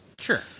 Sure